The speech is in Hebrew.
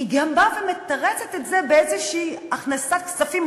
היא גם באה ומתרצת את זה באיזושהי הכנסת כספים.